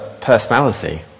personality